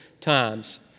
times